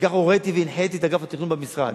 וכך הוריתי והנחיתי את אגף התכנון במשרד,